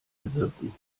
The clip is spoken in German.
bewirken